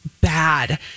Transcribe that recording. bad